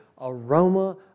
aroma